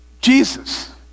Jesus